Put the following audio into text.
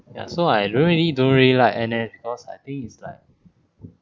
ya so I don't really don't really like N_S because I think it's like